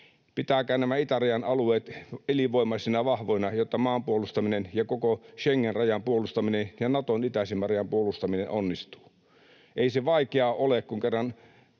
pitäkää nämä itärajan alueet elinvoimaisina, vahvoina, jotta maan puolustaminen ja koko Schengen-rajan puolustaminen ja Naton itäisimmän rajan puolustaminen onnistuu. Ei se vaikeaa ole, kun kerran